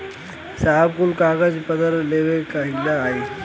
साहब कुल कागज पतर लेके कहिया आई?